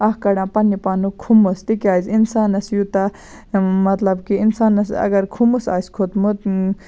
اَکھ کڑان پَنٛنہِ پانُک کھُمٕس تِکیٛازِ اِنسانَس یوٗتاہ مطلب کہِ اِنسانَس اگر کھُمُس آسہِ کھوٚتمُت